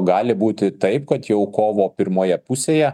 gali būti taip kad jau kovo pirmoje pusėje